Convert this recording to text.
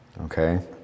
okay